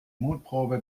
mutprobe